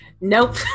Nope